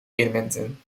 elementen